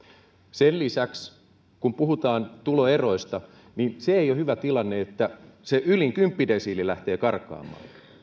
sen lisäksi kun puhutaan tuloeroista ei ole hyvä tilanne että se ylin kymppidesiili lähtee karkaamaan